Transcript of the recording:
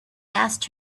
asked